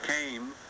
came